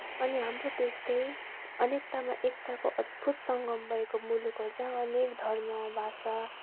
अनि हाम्रो देश चाहिँ अनेकातामा एकताको अद्भूत सङ्गम भएको मुलुक हो जहाँ अनेक धर्म भाषा